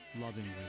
lovingly